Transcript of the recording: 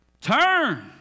Turn